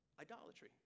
idolatry